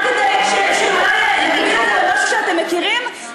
רק במושגים שאתם מכירים,